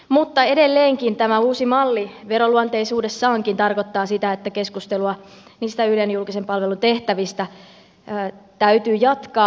mutta edelleenkin tämä uusi malli veroluonteisuudessaankin tarkoittaa sitä että keskustelua niistä ylen julkisen palvelun tehtävistä täytyy jatkaa